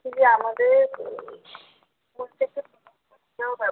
আমাদের